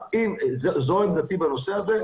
זו עמדתי בנושא הזה.